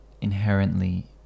inherently